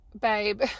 babe